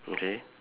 okay